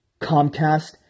Comcast